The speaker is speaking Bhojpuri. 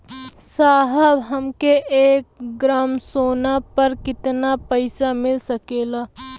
साहब हमके एक ग्रामसोना पर कितना पइसा मिल सकेला?